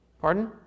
Pardon